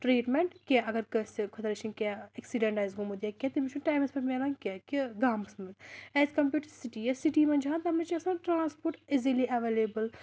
treatment کیٚنٛہہ اَگر کٲنٛسہِ خۄدا رٔچھِن کیٚنٛہہ اٮ۪کسِڈٮ۪نٛٹ آسہِ گوٚمُت یا کیٚنٛہہ تٔمِس چھُنہٕ ٹایمَس پٮ۪ٹھ مِلان کیٚنٛہہ کہِ گامَس منٛز ایز کَمپِیٲڈ ٹُہ سِٹی یا سِٹی منٛز چھِ آسان تَتھ منٛز چھِ آسان ٹرٛانَسپوٹ اِزِلی اٮ۪وٮ۪لیبٕل